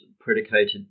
predicated